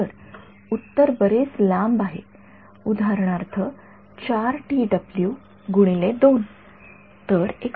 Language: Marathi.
तर उत्तर बरेच लांब आहे उदाहरण